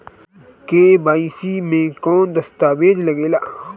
KYC मे कौन दश्तावेज लागेला?